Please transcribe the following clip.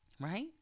right